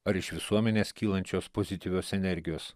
ar iš visuomenės kylančios pozityvios energijos